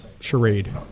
Charade